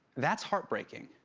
that's heartbreaking.